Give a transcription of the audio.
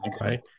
Right